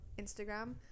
instagram